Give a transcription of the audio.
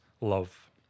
love